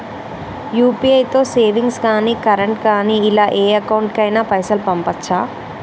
UPI తో savings గాని current గాని ఇలా ఏ అకౌంట్ కైనా పైసల్ పంపొచ్చా?